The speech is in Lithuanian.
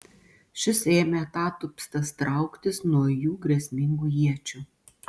šis ėmė atatupstas trauktis nuo jų grėsmingų iečių